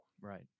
right